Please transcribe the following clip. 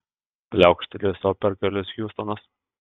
pliaukštelėjo sau per kelius hiustonas